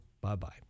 Bye-bye